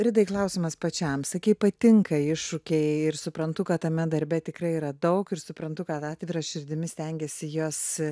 ridai klausimas pačiam sakei patinka iššūkiai ir suprantu kad tame darbe tikrai yra daug ir suprantu kad atvira širdimi stengiesi jas